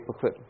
paperclip